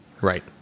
Right